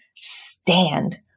stand